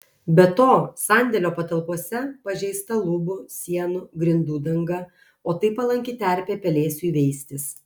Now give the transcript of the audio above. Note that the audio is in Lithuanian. be to sandėlio patalpose pažeista lubų sienų grindų danga o tai palanki terpė pelėsiui veistis